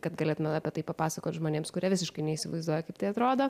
kad galėtumėm apie tai papasakot žmonėms kurie visiškai neįsivaizduoja kaip tai atrodo